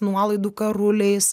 nuolaidų karuliais